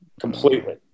completely